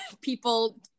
people